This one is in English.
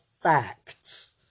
facts